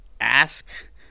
ask